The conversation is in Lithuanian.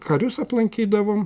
karius aplankydavom